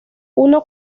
uno